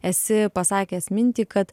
esi pasakęs mintį kad